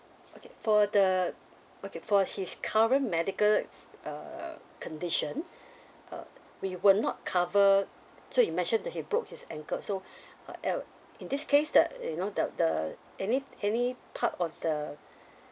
okay for the okay for his current medical uh condition uh we will not cover so you mentioned that he broke his ankle so uh in this case the you know the the any any part of the